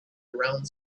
around